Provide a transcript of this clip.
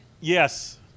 Yes